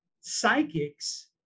psychics